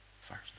First